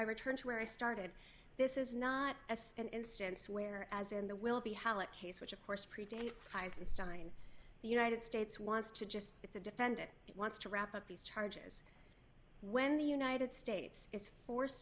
return to where i started this is not as an instance where as in the will be halleck case which of course predates highs and stein the united states wants to just it's a defendant wants to wrap up these charges when the united states is forced